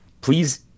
Please